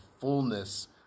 fullness